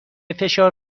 فشار